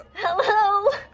Hello